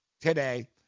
today